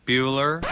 Bueller